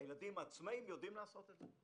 הילדים העצמאיים יודעים לעשות את זה,